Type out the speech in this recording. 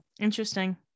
Interesting